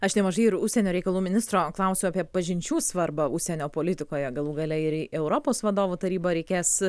aš nemažai ir užsienio reikalų ministro klausiau apie pažinčių svarbą užsienio politikoje galų gale ir į europos vadovų tarybą reikės